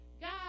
God